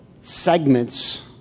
segments